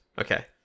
Okay